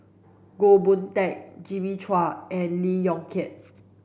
Goh Boon Teck Jimmy Chua and Lee Yong Kiat